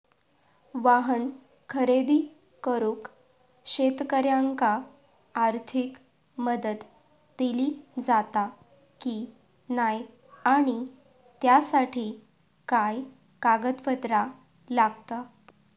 वाहन खरेदी करूक शेतकऱ्यांका आर्थिक मदत दिली जाता की नाय आणि त्यासाठी काय पात्रता लागता?